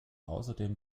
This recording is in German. außerdem